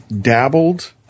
dabbled